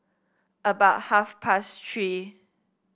about half past Three